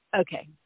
okay